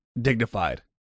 Dignified